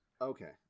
Okay